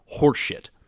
horseshit